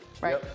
right